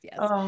Yes